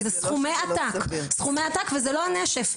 וזה סכומי עתק, סכומי עתק, וזה לא הנשף.